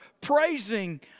praising